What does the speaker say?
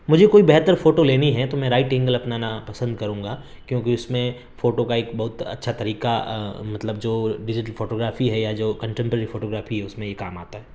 مجھے کوئی بہتر فوٹو لینی ہے تو میں رائٹ انگل اپنانا پسند کروں گا کیونکہ اس میں فوٹو کا ایک بہت اچھا طریقہ مطلب جو ڈیجیٹل فوٹو گرافی ہے یا کنٹمپروری فوٹو گرافی ہے اس میں یہ کام آتا ہے